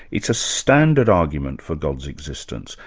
it's a standard argument for god's existence.